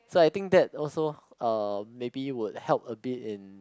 so I think that also uh maybe would help a bit in